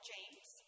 James